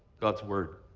god's word.